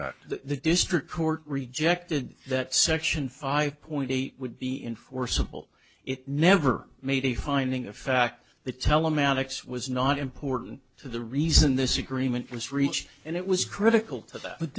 fact the district court rejected that section five point eight would be enforceable it never made a finding of fact the telematics was not important to the reason this agreement was reached and it was critical to that but